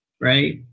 right